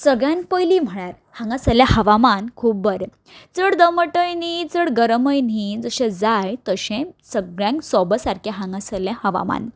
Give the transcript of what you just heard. सगल्यान पयली म्हळ्यार हांगासल्लें हवामान खूब बरें खूब बरें चड दमटय न्ही चड गरमय न्ही जशें जाय तशें सगल्यांक सोब सारकें हांगासल्लें हवामान